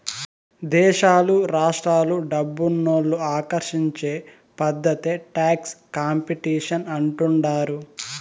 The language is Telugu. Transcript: దేశాలు రాష్ట్రాలు డబ్బునోళ్ళు ఆకర్షించే పద్ధతే టాక్స్ కాంపిటీషన్ అంటుండారు